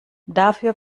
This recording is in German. dafür